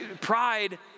pride